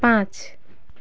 पाँच